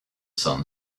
sun